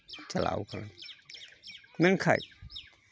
ᱪᱟᱞᱟᱣ ᱠᱟᱱᱟᱹᱧ ᱢᱮᱱᱠᱷᱟᱡ